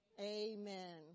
Amen